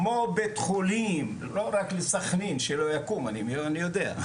כמו בית חולים, לא רק לסכנין שלא יקום אני יודע,